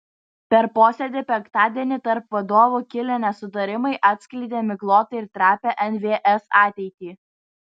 per posėdį penktadienį tarp vadovų kilę nesutarimai atskleidė miglotą ir trapią nvs ateitį